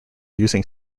using